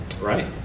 Right